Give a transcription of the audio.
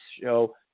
show